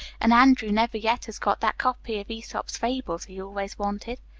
and andrew never yet has got that copy of aesop's fables he always wanted.